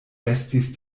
estis